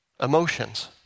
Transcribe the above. emotions